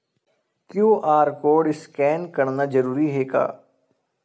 QR code scan करना जरूरी हे का?